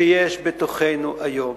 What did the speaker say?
שיש בתוכנו היום